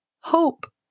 hope